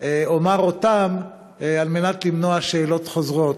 אומר אותן כדי למנוע שאלות חוזרות: